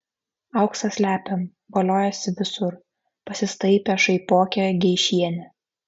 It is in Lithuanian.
auksą slepiam voliojasi visur pasistaipė šaipokė geišienė